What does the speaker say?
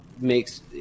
makes